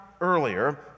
earlier